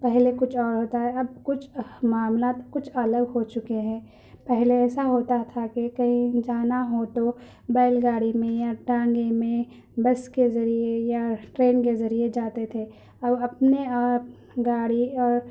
پہلے کچھ اور تھا اب کچھ معاملات کچھ الگ ہو چکے ہیں پہلے ایسا ہوتا تھا کہ کہیں جانا ہو تو بیل گاڑی میں یا ٹانگے میں بس کے ذریعہ یا ٹرین کے ذریعہ جاتے تھے اور اپنے آپ گاڑی اور